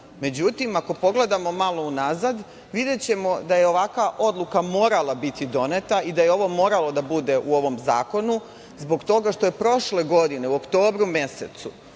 Međutim, ako pogledamo malo unazad, videćemo da je ovakva odluka morala biti doneta i da je ovo moralo da bude u ovom zakonu zbog toga što je prošle godine u oktobru mesecu